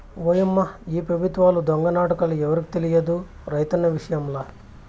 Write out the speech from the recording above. ఓయమ్మా ఈ పెబుత్వాల దొంగ నాటకాలు ఎవరికి తెలియదు రైతన్న విషయంల